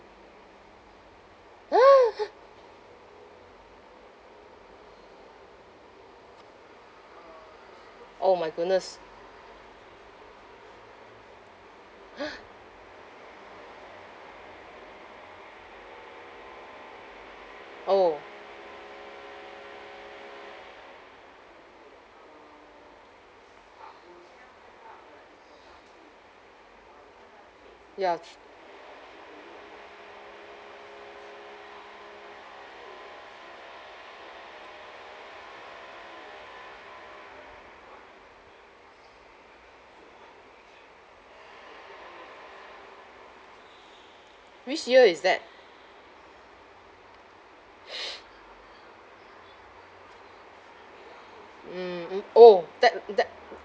oh my goodness oh ya t~ which year is that mm mm orh that that